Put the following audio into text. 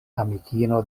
amikino